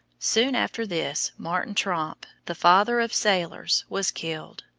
soon after this, martin tromp, the father of sailors, was killed.